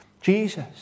Jesus